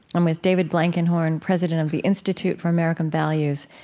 i'm with david blankenhorn, president of the institute for american values,